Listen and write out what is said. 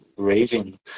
raving